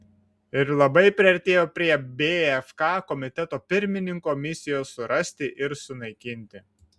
ir labai priartėjo prie bfk komiteto pirmininko misijos surasti ir sunaikinti